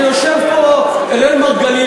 ויושב פה אראל מרגלית,